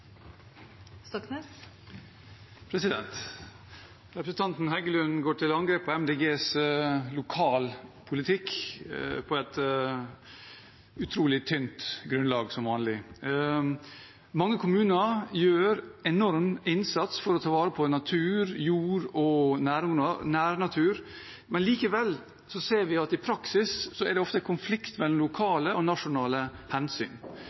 Representanten Heggelund går til angrep på Miljøpartiet De Grønnes lokalpolitikk på et utrolig tynt grunnlag, som vanlig. Mange kommuner gjør en enorm innsats for å ta vare på natur, jord og nærnatur, men likevel ser vi at i praksis er det ofte konflikt mellom lokale og nasjonale hensyn.